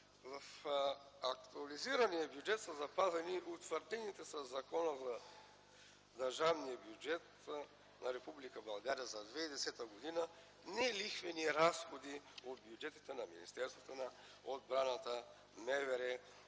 В актуализирания бюджет са запазени утвърдените със Закона за държавния бюджет на Република България за 2010 г. нелихвени разходи от бюджетите на Министерството на отбраната,